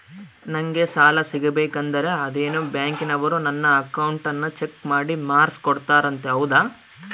ನಂಗೆ ಸಾಲ ಸಿಗಬೇಕಂದರ ಅದೇನೋ ಬ್ಯಾಂಕನವರು ನನ್ನ ಅಕೌಂಟನ್ನ ಚೆಕ್ ಮಾಡಿ ಮಾರ್ಕ್ಸ್ ಕೋಡ್ತಾರಂತೆ ಹೌದಾ?